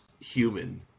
human